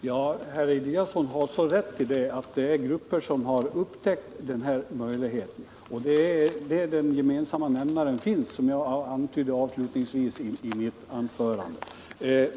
Herr talman! Herr Eliasson har rätt i att det finns grupper som har upptäckt denna möjlighet. Denna gemensamma nämnare finns, som jag antydde avslutningsvis i mitt anförande.